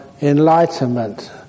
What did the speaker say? enlightenment